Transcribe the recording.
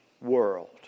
world